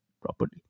properly